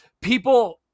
people